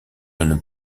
une